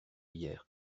hier